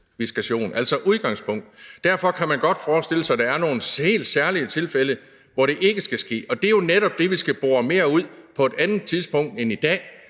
altså som udgangspunkt – og derfor kan man godt forestille sig, at der er nogle helt særlige tilfælde, hvor det ikke skal ske. Det er netop det, vi skal bore mere ud på et andet tidspunkt end i dag,